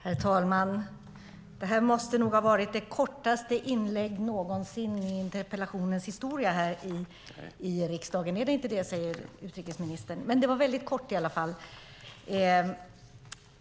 Herr talman! Det här måste nog ha varit det kortaste inlägget någonsin i interpellationssvarens historia i riksdagen. Nej, säger utrikesministern, men det var i alla fall mycket kort.